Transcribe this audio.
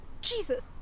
Jesus